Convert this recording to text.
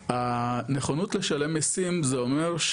הנכונות לשלם מיסים זה אומר,